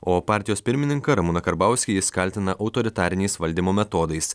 o partijos pirmininką ramūną karbauskį jis kaltina autoritariniais valdymo metodais